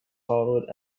followed